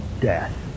death